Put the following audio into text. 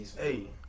Hey